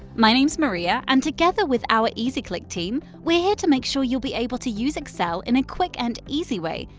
my name's maria and together with our easyclick team, we're here to make sure you'll be able to use excel in a quick and easy way,